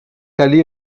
ali